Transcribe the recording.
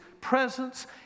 presence